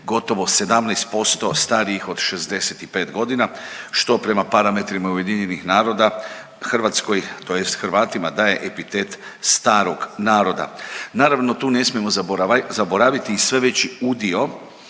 gotovo 17% starijih od 65.g., što prema parametrima UN-a Hrvatskoj tj. Hrvatima daje epitet starog naroda. Naravno, tu ne smijemo zaboraviti i sve veći udio